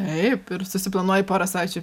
taip ir susiplanuoji porą savaičių